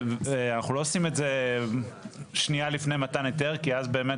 ואנחנו לא עושים את זה שניה לפני מתן היתר כי אז באמת